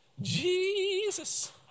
Jesus